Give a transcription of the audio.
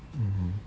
mmhmm